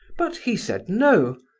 but he said no,